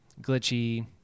glitchy